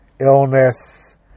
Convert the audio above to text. illness